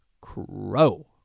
Crow